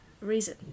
Reason